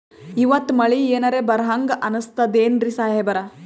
ಇವತ್ತ ಮಳಿ ಎನರೆ ಬರಹಂಗ ಅನಿಸ್ತದೆನ್ರಿ ಸಾಹೇಬರ?